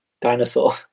dinosaur